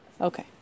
Okay